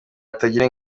batagira